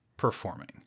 performing